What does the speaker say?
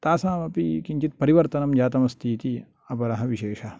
तासामपि किञ्चित् परिवर्तनं जातमस्ति इति अपरः विशेषः